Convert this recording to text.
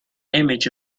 image